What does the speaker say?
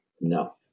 No